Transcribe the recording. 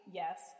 yes